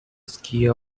skier